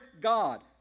God